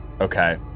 Okay